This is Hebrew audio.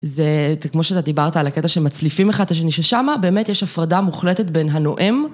זה כמו שאתה דיברת על הקטע שמצליפים אחד את השני ששמה, באמת יש הפרדה מוחלטת בין הנואם.